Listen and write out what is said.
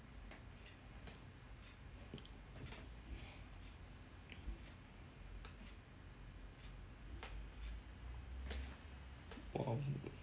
oh